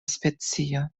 specio